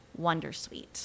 wondersuite